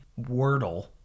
Wordle